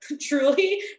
truly